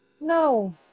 No